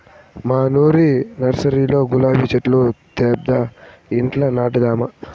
మనూరి నర్సరీలో గులాబీ చెట్లు తేబ్బా ఇంట్ల నాటదాము